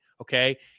Okay